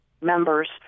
members